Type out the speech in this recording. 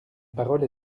parole